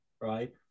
right